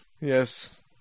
Yes